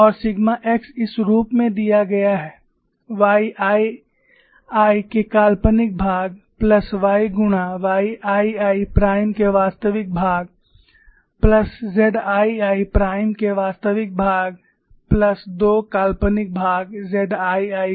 और sigma x इस रूप में दिया गया है YII के काल्पनिक भाग प्लस y गुणा YII प्राइम के वास्तविक भाग प्लस ZII प्राइम के वास्तविक भाग प्लस 2 काल्पनिक भाग ZII को